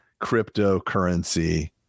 cryptocurrency